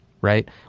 right